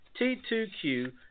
T2Q